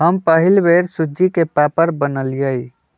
हम पहिल बेर सूज्ज़ी के पापड़ बनलियइ